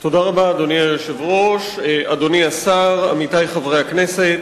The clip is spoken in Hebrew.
תודה רבה, אדוני השר, עמיתי חברי הכנסת,